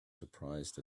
surprised